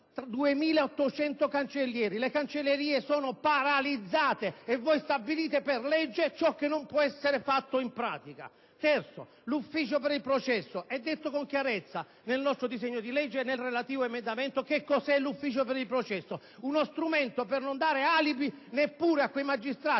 2.800 cancellieri? Le cancellerie sono paralizzate e voi stabilite per legge ciò che non può essere fatto in pratica. Il terzo concerne l'ufficio per il processo. È detto con chiarezza nel nostro disegno di legge e nel relativo emendamento cos'è l'ufficio per il processo: uno strumento per non dare alibi neppure a quei magistrati